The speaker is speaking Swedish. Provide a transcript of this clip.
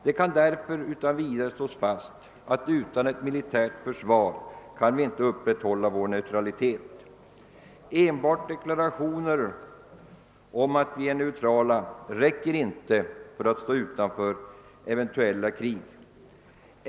Det kan därför utan vidare slås fast att utan ett militärt försvar kan vi inte upprätthålla vår neutralitet. Enbart deklarationer om att vi är neutrala räcker inte för att stå utanför eventeulla krig.